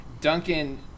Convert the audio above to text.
Duncan